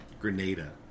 Grenada